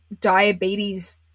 diabetes